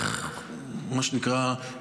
מה שנקרא,